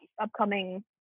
upcoming